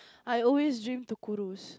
I always dream to cruise